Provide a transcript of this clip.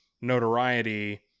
notoriety